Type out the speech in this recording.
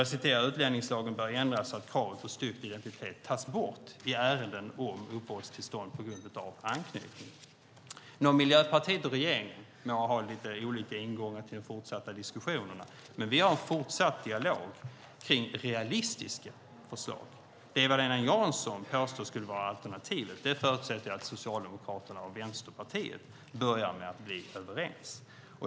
Man säger att "utlänningslagen bör ändras så att kravet på styrkt identitet tas bort i ärenden om uppehållstillstånd på grund av anknytning". Miljöpartiet och regeringen har lite olika ingångar till de fortsatta diskussionerna, men vi har en fortsatt dialog kring realistiska förslag. I fråga om det Eva-Lena Jansson påstår skulle vara alternativet förutsätter jag att Socialdemokraterna och Vänsterpartiet börjar med att bli överens.